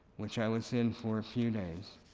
which i was in for a few days,